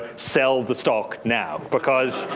sell the stock now, because